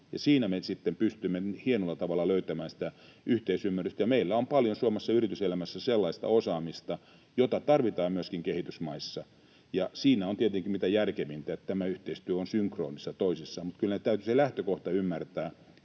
sitten pystymme hienolla tavalla löytämään sitä yhteisymmärrystä. Meillä on paljon Suomessa yrityselämässä sellaista osaamista, jota tarvitaan myöskin kehitysmaissa, ja siinä on tietenkin mitä järkevintä, että tämä yhteistyö on synkronissa toisiinsa. Mutta kyllä meidän täytyy se lähtökohta ymmärtää,